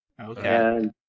Okay